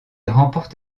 remporte